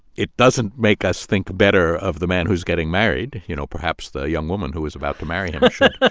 it doesn't make us think better of the man who's getting married. you know, perhaps the young woman who is about to marry him should.